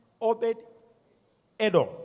Obed-Edom